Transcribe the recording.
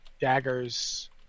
daggers